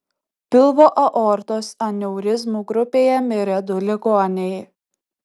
pilvo aortos aneurizmų grupėje mirė du ligoniai